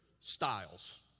styles